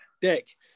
Dick